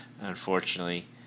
unfortunately